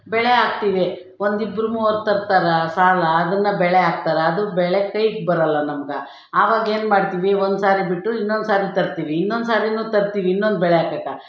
ಬೆಳೆ ಹಾಕ್ತೀವಿ ಒಂದಿಬ್ರು ಮೂವರು ತರ್ತಾರೆ ಸಾಲ ಅದನ್ನು ಬೆಳೆ ಹಾಕ್ತಾರೆ ಅದು ಬೆಳೆ ಕೈಗೆ ಬರಲ್ಲ ನಮ್ಗೆ ಆವಾಗ ಏನ್ಮಾಡ್ತೀವಿ ಒಂದ್ಸಾರಿ ಬಿಟ್ಟು ಇನ್ನೊಂದ್ಸರಿ ತರ್ತೀವಿ ಇನ್ನೊಂದ್ಸರಿನೂ ತರ್ತೀವಿ ಇನ್ನೊಂದು ಬೆಳೆ ಹಾಕೋಕೆ